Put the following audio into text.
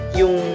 yung